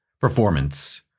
performance